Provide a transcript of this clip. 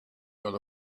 got